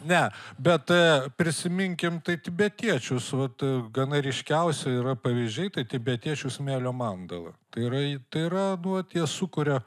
ne bet prisiminkim tai tibetiečius vat gana ryškiausį yra pavyzdžiai tai tibetiečių smėlio mandala tai yra tai yra nu vat jie sukuria